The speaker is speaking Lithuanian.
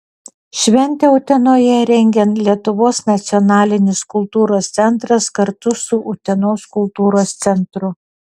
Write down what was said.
šventę utenoje rengia lietuvos nacionalinis kultūros centras kartu su utenos kultūros centru